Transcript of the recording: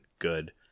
good